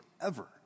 forever